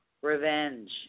Revenge